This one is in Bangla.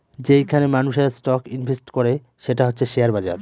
যেইখানে মানুষেরা স্টক ইনভেস্ট করে সেটা হচ্ছে শেয়ার বাজার